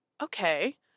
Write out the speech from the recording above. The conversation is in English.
Okay